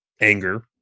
anger